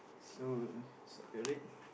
so circle it